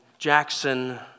Jackson